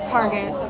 Target